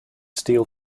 steal